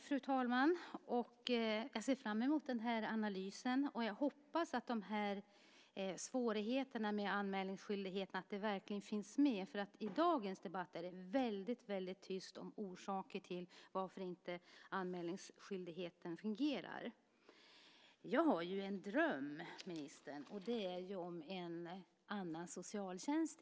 Fru talman! Jag ser fram emot den analysen, och jag hoppas att de här svårigheterna med anmälningsskyldigheten verkligen finns med. I dagens debatt är det väldigt tyst om orsaker till att anmälningsskyldigheten inte fungerar. Jag har en dröm, ministern, om en annan socialtjänst.